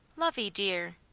lovey dear!